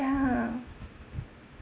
ya